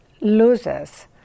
loses